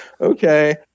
okay